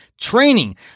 training